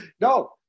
No